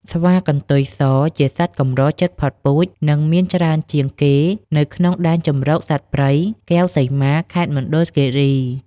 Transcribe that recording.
ស្វាកន្ទុយសជាសត្វកម្រជិតផុតពូជ និងមានច្រើនជាងគេនៅក្នុងដែនជម្រកសត្វព្រៃកែវសីមា ខេត្តមណ្ឌលគិរី។